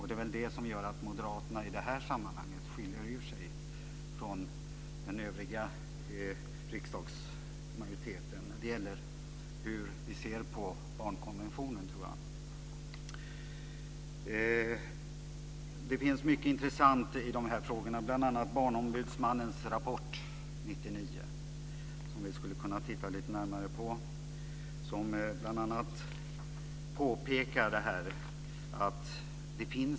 Det är väl det som gör att moderaterna i det här sammanhanget skiljer ut sig från den övriga riksdagsmajoriteten när det gäller hur vi ser på barnkonventionen. Det finns mycket intressant i de här frågorna. Bl.a. skulle vi kunna titta lite närmare på Barnombudsmannens rapport 1999.